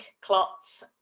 clots